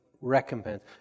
recompense